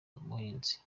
buhinzi